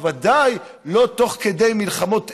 ובוודאי לא תוך כדי מלחמות אגו,